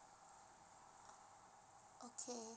okay